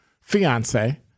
fiance